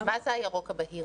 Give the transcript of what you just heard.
מה זה הירוק הבהיר?